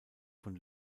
von